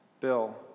Bill